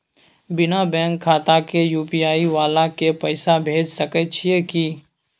बिना बैंक खाता के यु.पी.आई वाला के पैसा भेज सकै छिए की?